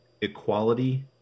equality